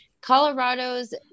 Colorado's